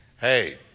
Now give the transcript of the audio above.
Hey